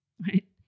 right